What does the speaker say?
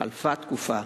חלפה תקופה,